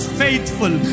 faithful